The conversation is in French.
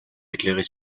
éclairer